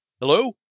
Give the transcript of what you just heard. Hello